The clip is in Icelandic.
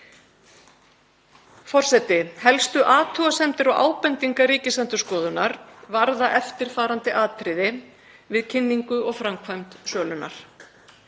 Forseti. Helstu athugasemdir og ábendingar Ríkisendurskoðunar varða eftirfarandi atriði við kynningu og framkvæmd sölunnar: